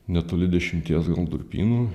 netoli dešimties durpynų